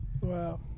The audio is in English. Wow